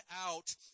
out